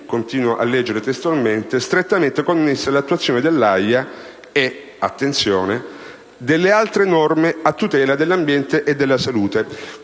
illeciti» - leggo testualmente - «strettamente connessi all'attuazione dell'AIA e» - attenzione - «delle altre norme a tutela dell'ambiente e della salute».